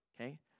okay